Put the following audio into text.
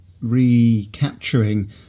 recapturing